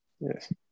Yes